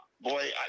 boy